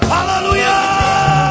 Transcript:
Hallelujah